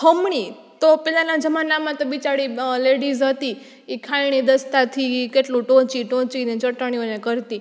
ખમણી તો પેલાના જમાનામાં તો બિચારી લેડિસ હતી એ ખાંડણી દસ્તાથી કેટલું ટોંચી ટોંચીને ચટણીઓને કરતી